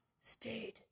stayed